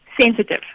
sensitive